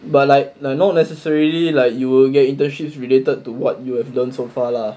but like like not necessarily like you will get internships related to what you have learnt so far lah